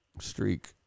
Streak